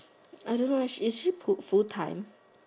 I don't know eh is she full full time